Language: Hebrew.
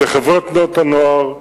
לחברי תנועות הנוער,